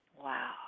Wow